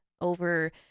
over